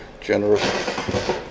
generous